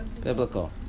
biblical